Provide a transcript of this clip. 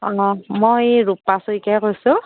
অ' মই এই ৰূপা শইকীয়াই কৈছোঁ